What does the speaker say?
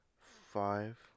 five